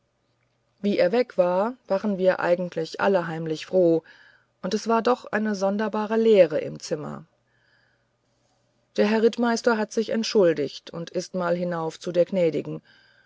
wie er weg war waren wir eigentlich alle heimlich froh und es war doch eine sonderbare leere im zimmer der herr rittmeister hat sich entschuldigt und ist mal hinauf zu der gnädigen